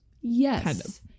Yes